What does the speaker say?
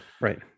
right